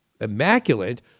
Immaculate